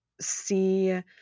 see